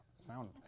Sound